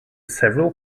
several